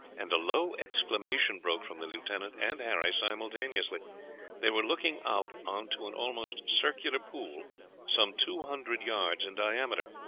and a low exclamation broke from the lieutenant and harry simultaneously they were looking out on to an almost circular pool some two hundred yards in diameter.